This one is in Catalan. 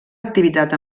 activitat